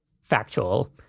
factual